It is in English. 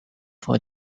for